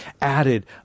added